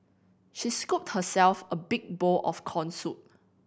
she scooped herself a big bowl of corn soup